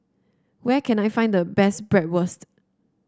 where can I find the best Bratwurst